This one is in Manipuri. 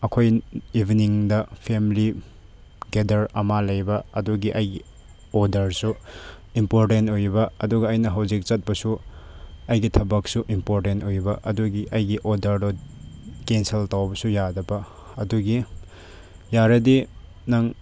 ꯑꯩꯈꯣꯏ ꯏꯕꯤꯅꯤꯡꯗ ꯐꯦꯃꯤꯂꯤ ꯒꯦꯗꯔ ꯑꯃ ꯂꯩꯕ ꯑꯗꯨꯒꯤ ꯑꯩꯒꯤ ꯑꯣꯔꯗꯔꯁꯨ ꯏꯝꯄꯣꯔꯇꯦꯟ ꯑꯣꯏꯕ ꯑꯗꯨꯒ ꯑꯩꯅ ꯍꯧꯖꯤꯛ ꯆꯠꯄꯁꯨ ꯑꯩꯒꯤ ꯊꯕꯛꯁꯨ ꯏꯝꯄꯣꯔꯇꯦꯟ ꯑꯣꯏꯕ ꯑꯗꯨꯒꯤ ꯑꯩꯒꯤ ꯑꯣꯔꯗꯔꯗꯣ ꯀꯦꯟꯁꯦꯜ ꯇꯧꯕꯁꯨ ꯌꯥꯗꯕ ꯑꯗꯨꯒꯤ ꯌꯥꯔꯗꯤ ꯅꯪ